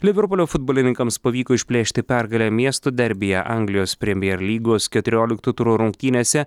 liverpulio futbolininkams pavyko išplėšti pergalę miestų derbyje anglijos premjero lygos keturiolikto turo rungtynėse